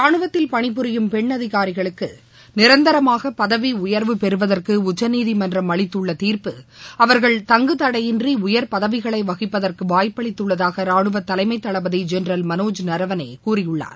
ரானுவத்தில் பணிபுரியும் பெண் அதிகாரிகளுக்கு நிரந்தரமாக பதவி உயர்வு பெறுவதற்கு உச்சநீதிமன்றம் அளித்துள்ள தீர்ப்பு அவர்கள் தங்குதடையின்றி உயர் பதவிகளை வகிப்பதற்கு வாய்ப்பு அளித்துள்ளதாக ரானுவ தலைமை தளபதி ஜெனரல் மனோஜ் நரவனே கூறியுள்ளார்